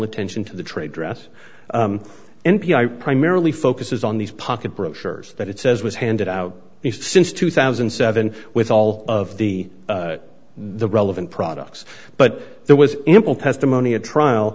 attention to the trade dress n p r primarily focuses on these pocket brochures that it says was handed out since two thousand and seven with all of the the relevant products but there was ample testimony at trial